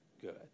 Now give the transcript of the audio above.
good